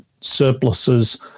surpluses